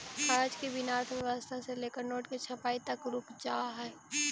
कागज के बिना अर्थव्यवस्था से लेकर नोट के छपाई तक रुक जा हई